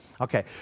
Okay